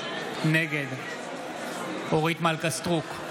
נגד אורית מלכה סטרוק,